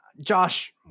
Josh